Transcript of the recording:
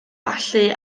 allu